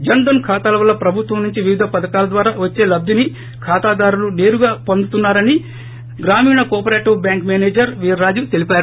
జన్ ధన్ ఖాతాల వల్ల ప్రభుత్వం నుంచి వివిధ పధకాల ద్వారా వచ్చే లబ్దిని ఖాతాదారులు సేరుగా వొందుతున్నా రని గ్రామీణ cooperative bank branch manager Veerraju తెలిపారు